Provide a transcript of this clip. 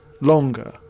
longer